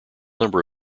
number